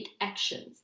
actions